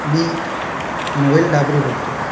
मी नोएल डाबरे बोलतो